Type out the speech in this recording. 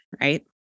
Right